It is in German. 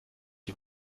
die